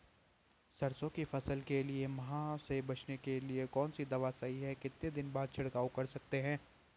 सरसों की फसल के लिए माह से बचने के लिए कौन सी दवा सही है कितने दिन बाद छिड़काव कर सकते हैं?